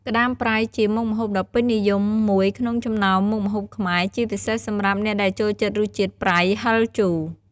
ក្តាមប្រៃជាមុខម្ហូបដ៏ពេញនិយមមួយក្នុងចំណោមមុខម្ហូបខ្មែរ ជាពិសេសសម្រាប់អ្នកដែលចូលចិត្តរសជាតិប្រៃ ហិរ ជូរ។